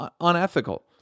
unethical